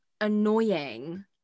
annoying